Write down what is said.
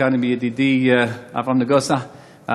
ועם ידידי אברהם נגוסה,